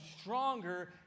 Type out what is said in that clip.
stronger